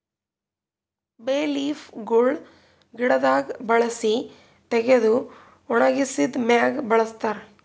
ಬೇ ಲೀಫ್ ಗೊಳ್ ಗಿಡದಾಗ್ ಬೆಳಸಿ ತೆಗೆದು ಒಣಗಿಸಿದ್ ಮ್ಯಾಗ್ ಬಳಸ್ತಾರ್